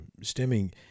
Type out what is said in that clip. stemming